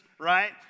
right